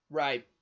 right